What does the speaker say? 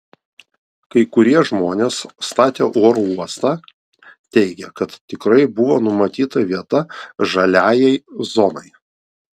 kai kurie žmonės statę oro uostą teigė kad tikrai buvo numatyta vieta žaliajai zonai